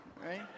right